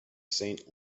saint